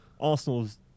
Arsenal's